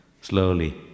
slowly